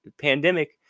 pandemic